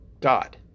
God